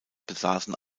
besaßen